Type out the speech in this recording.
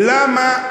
למה,